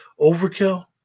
overkill